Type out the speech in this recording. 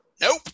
Nope